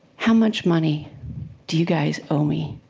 how much money do you guys owe me?